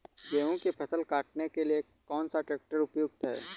गेहूँ की फसल काटने के लिए कौन सा ट्रैक्टर उपयुक्त है?